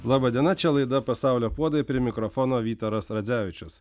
laba diena čia laida pasaulio puodai prie mikrofono vytaras radzevičius